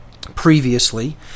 previously